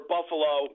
Buffalo